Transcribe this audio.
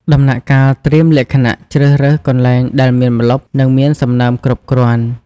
ដំណាក់កាលត្រៀមលក្ខណៈជ្រើសរើសកន្លែងដែលមានម្លប់ និងមានសំណើមគ្រប់គ្រាន់។